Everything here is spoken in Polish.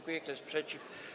Kto jest przeciw?